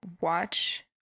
watch